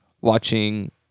watching